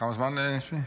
כמה זמן יש לי?